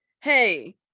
hey